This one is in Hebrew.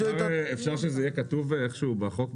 אפשר שזה יהיה כתוב איך שהוא בחוק,